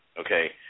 okay